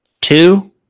Two